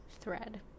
thread